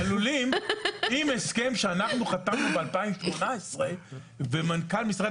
אם הסכם שאנחנו חתמנו ב-2018 ומנכ"ל משרד